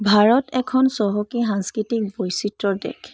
ভাৰত এখন চহকী সাংস্কৃতিক বৈচিত্ৰৰ দেশ